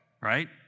Right